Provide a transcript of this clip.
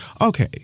okay